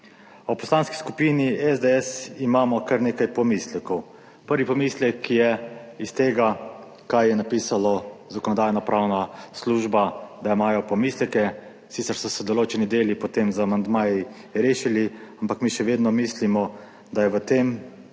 V Poslanski skupini SDS imamo kar nekaj pomislekov. Prvi pomislek je iz tega kaj je napisalo Zakonodajno-pravna služba, da imajo pomisleke, sicer so se določeni deli potem z amandmaji rešili, ampak mi še vedno mislimo, da je v tem tej